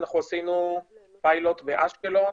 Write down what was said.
אנחנו עשינו פיילוט באשקלון